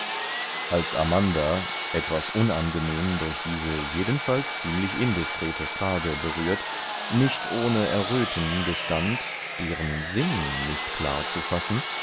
als amanda etwas unangenehm durch diese jedenfalls ziemlich indiskrete frage berührt nicht ohne erröten gestand deren sinn nicht klar zu fassen